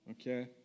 Okay